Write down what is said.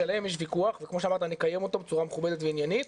שעליהם יש ויכוח וכמו שאמרת נקיים אותו בצורה מכובדת ועניינית,